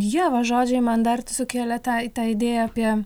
ievos žodžiai man dar sukėlė tą tą idėją apie